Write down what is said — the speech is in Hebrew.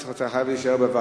אז אתה חייב להישאר בוועדה,